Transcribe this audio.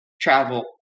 travel